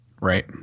Right